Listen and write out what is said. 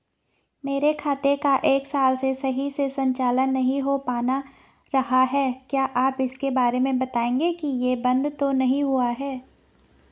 मेरे खाते का एक साल से सही से संचालन नहीं हो पाना रहा है क्या आप इसके बारे में बताएँगे कि ये बन्द तो नहीं हुआ है?